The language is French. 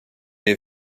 est